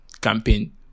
campaign